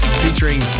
featuring